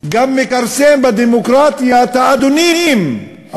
גם מכרסם בדמוקרטיה של האדונים.